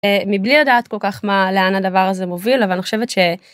מבלי לדעת כל כך מה לאן הדבר הזה מוביל אבל אני חושבת ש.